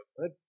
good